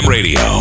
Radio